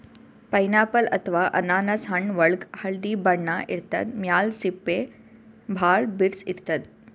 pineapple ಅಥವಾ ಅನಾನಸ್ ಹಣ್ಣ್ ಒಳ್ಗ್ ಹಳ್ದಿ ಬಣ್ಣ ಇರ್ತದ್ ಮ್ಯಾಲ್ ಸಿಪ್ಪಿ ಭಾಳ್ ಬಿರ್ಸ್ ಇರ್ತದ್